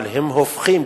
אבל הם הופכים,